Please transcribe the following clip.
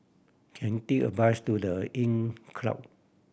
can a bus to The Inncrowd